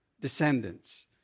descendants